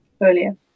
earlier